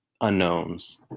unknowns